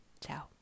Ciao